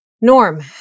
Norm